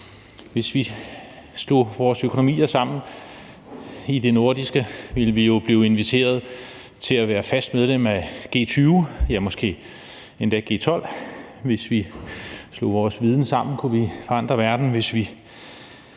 Hvis vi slog vores økonomier sammen i det nordiske, ville vi jo blive inviteret til at være fast medlem af G20 – ja, måske endda G12. Hvis vi slog vores viden sammen, kunne vi forandre verden.